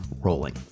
rolling